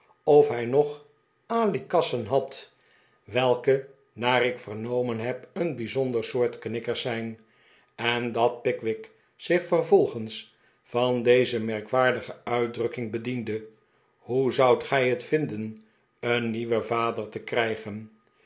of hij nog alikassen had welke naar ik vernomen heb een bij zonder soort knikkers zijn en dat pickwick zich vervolgens van deze merkwaardige uitdrukking bediende hoe zoudt gij het vinden een nieuwen vader te krijgen